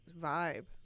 vibe